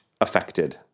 affected